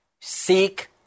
Seek